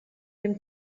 dem